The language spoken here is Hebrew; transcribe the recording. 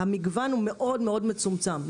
המגוון הוא מאוד מאוד מצומצם.